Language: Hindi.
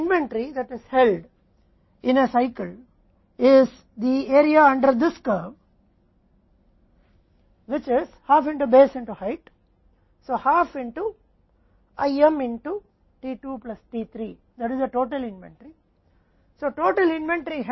संदर्भ स्लाइड समय को देखें 0009 इसलिए हमने कहा कि एक चक्र में आयोजित होने वाली कुल इन्वेंट्री इस वक्र के नीचे का क्षेत्र है जो कि ऊंचाई में आधा आधार है इसलिए IM में t 2 प्लस t 3 है जो कि कुल इन्वेंट्री है